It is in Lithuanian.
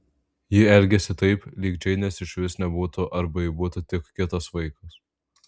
ji elgėsi taip lyg džeinės išvis nebūtų arba ji būtų tik kitas vaikas